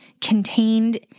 contained